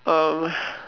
um